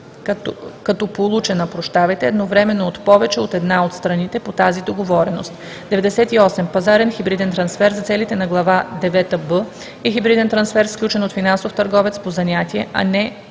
като получена едновременно от повече от една от страните по тази договореност. 98. „Пазарен хибриден трансфер“ за целите на глава девета „б“ е хибриден трансфер, сключен от финансов търговец по занятие, а не